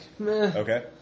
Okay